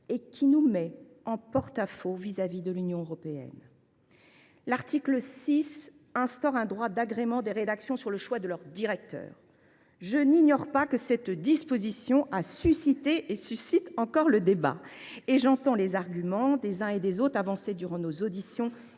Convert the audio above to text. et qui nous met en porte à faux vis à vis de l’Union européenne. L’article 6 instaure un droit d’agrément des rédactions sur le choix de leur directeur. Je n’ignore pas que cette disposition a suscité, et suscite encore, le débat. J’entends les arguments des uns et des autres, avancés durant nos auditions